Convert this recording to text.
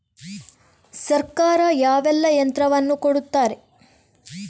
ಸರ್ಕಾರ ಯಾವೆಲ್ಲಾ ಯಂತ್ರವನ್ನು ಕೊಡುತ್ತಾರೆ?